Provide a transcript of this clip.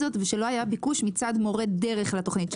הזאת ושלא היה ביקוש מצד מורי הדרך לתוכנית,